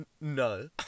no